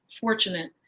fortunate